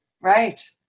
Right